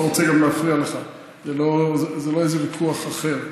אני לא רוצה להפריע לך, זה לא איזה ויכוח אחר.